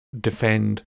defend